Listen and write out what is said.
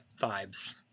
vibes